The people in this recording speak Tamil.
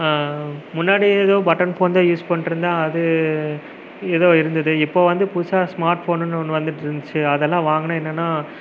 முன்னாடி ஏதோ பட்டன் ஃபோன் தான் யூஸ் பண்ணிட்ருந்தன் அது ஏதோ இருந்தது இப்போது வந்து புதுசாக ஸ்மார்ட் ஃபோனு ஒன்று வந்துட்டுருந்துச்சி அதெல்லாம் வாங்கினால் என்னெனா